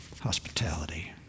hospitality